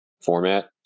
format